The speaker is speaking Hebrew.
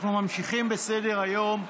אנחנו ממשיכים בסדר-היום,